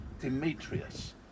Demetrius